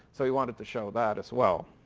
so he wanted to show that as well.